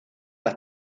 las